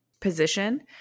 position